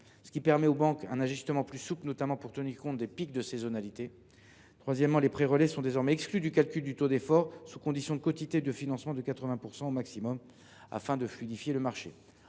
ce qui permet aux banques un ajustement plus souple, notamment pour tenir compte des pics de saisonnalité. Troisièmement, les prêts relais sont désormais exclus du calcul du taux d’effort, sous condition de quotités de financement de 80 % au maximum, afin de fluidifier le marché.